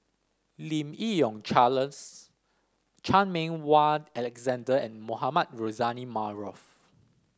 Lim Yi Yong Charles Chan Meng Wah Alexander and Mohamed Rozani Maarof